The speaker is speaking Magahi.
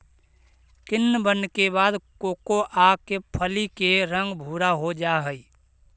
किण्वन के बाद कोकोआ के फली के रंग भुरा हो जा हई